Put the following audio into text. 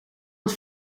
het